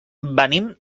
venim